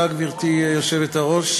גברתי היושבת-ראש,